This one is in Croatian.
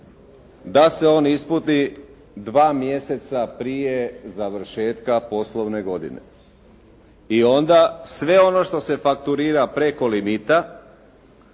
da se on ispuni dva mjeseca prije završetka poslovne godine i onda sve ono što se fakturira preko limita,